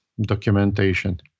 documentation